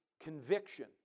conviction